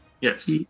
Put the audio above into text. Yes